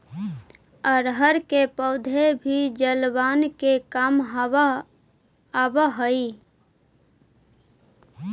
अरहर के पौधा भी जलावन के काम आवऽ हइ